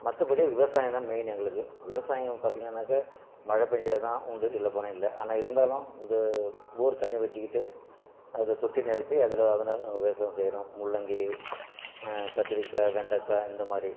மத்தபடி விவசாயம் தான் மெயின் எங்களுக்கு விவசாயம் பார்த்திங்கன்னாக்கா மழை பேய்ஞ்சாதான் உண்டு இல்லை போனால் இல்லை ஆனால் இருந்தாலும் இந்த போர் தண்ணீர் வைச்சிக்கிட்டு அது தொட்டி நிரப்பி அதில் அதில் நாங்கள் விவசாயம் செய்கிறோம் முள்ளங்கி கத்திரிக்காய் வெண்டைக்காய் இந்த மாதிரி